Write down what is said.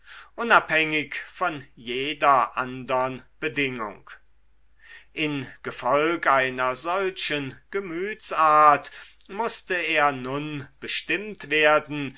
unabhängig von jeder andern bedingung in gefolg einer solchen gemütsart mußte er nun bestimmt werden